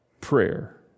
prayer